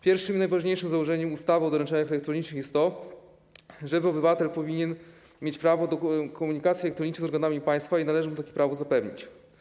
Pierwszym i najważniejszym założeniem ustawy o doręczeniach elektronicznych jest to, że obywatel powinien mieć prawo do komunikacji elektronicznej z organami państwa i należy mu takie prawo zapewnić.